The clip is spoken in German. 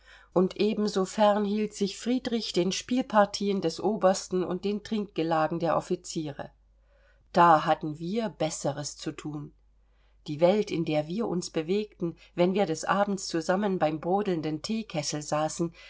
und ebenso fern hielt sich friedrich den spielpartien des obersten und den trinkgelagen der offiziere da hatten wir besseres zu thun die welt in der wir uns bewegten wenn wir des abends zusammen beim brodelnden theekessel saßen